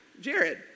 Jared